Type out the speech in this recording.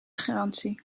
garantie